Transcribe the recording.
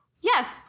yes